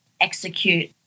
execute